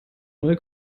neue